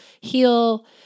heal